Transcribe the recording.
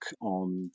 on